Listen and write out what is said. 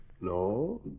No